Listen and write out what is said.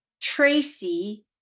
Tracy